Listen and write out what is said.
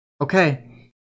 Okay